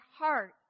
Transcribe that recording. heart